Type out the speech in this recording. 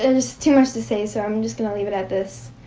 and just too much to say, so i'm just gonna leave it at this.